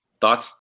thoughts